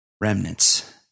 Remnants